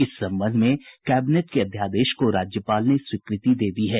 इस संबंध में कैबिनेट के अध्यादेश को राज्यपाल ने स्वीकृति दे दी है